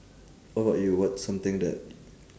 how about you what's something that